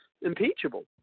impeachable